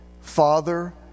Father